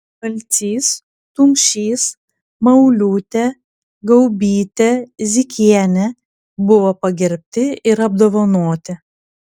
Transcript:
malcys tumšys mauliūtė gaubytė zykienė buvo pagerbti ir apdovanoti